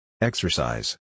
Exercise